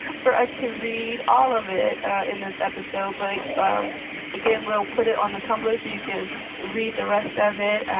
for us to read all of it in this episode. but like um again, we'll put it on the tumblr so you can read the rest of it.